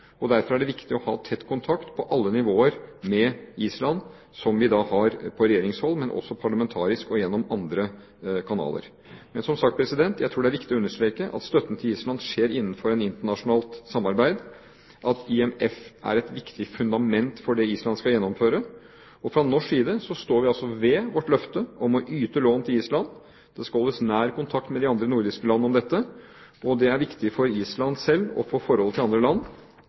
Derfor er det viktig å ha tett kontakt på alle nivåer med Island, som vi har på regjeringshold, men også parlamentarisk og gjennom andre kanaler. Men som sagt, jeg tror det er viktig å understreke at støtten til Island skjer innenfor et internasjonalt samarbeid, at IMF er et viktig fundament for det Island skal gjennomføre, og fra norsk side står vi altså ved vårt løfte om å yte lån til Island. Det skal holdes nær kontakt med de andre nordiske land om dette, og det er viktig for Island selv og for forholdet til andre land